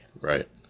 right